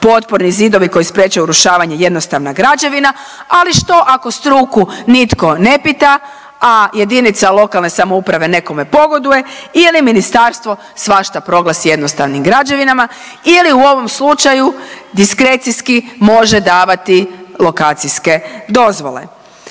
potporni zidovi koji sprečavaju urušavanje jednostavna građevina, ali što ako struku nitko ne pita, a jedinica lokalne samouprave nekome pogoduje i je li ministarstvo svašta proglasi jednostavnim građevinama ili u ovom slučaju diskrecijski može davati lokacijske dozvole.